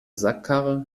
sackkarre